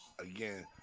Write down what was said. again